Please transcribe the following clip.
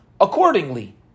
accordingly